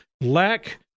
lack